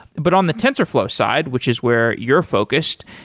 but on the tensorflow side which is where you're focused,